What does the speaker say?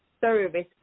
service